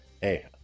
hey